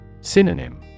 Synonym